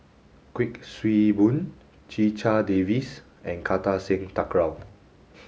Kuik Swee Boon Checha Davies and Kartar Singh Thakral